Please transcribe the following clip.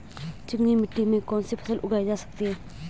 चिकनी मिट्टी में कौन सी फसल उगाई जा सकती है?